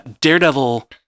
Daredevil